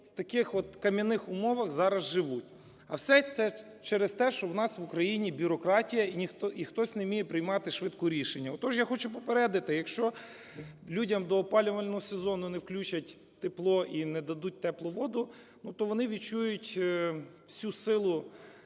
в таких от кам'яних умовах зараз живуть. А все це через те, що у нас в Україні бюрократія, і хтось не вміє приймати швидко рішення. Отож я хочу попередити, якщо людям до опалювального сезону не включать тепло і не дадуть теплу воду, то вони відчують всю силу